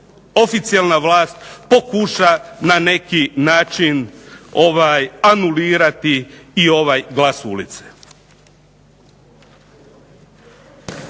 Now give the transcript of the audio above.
oficijelna vlast pokuša na neki način anulirati i ovaj glas ulice.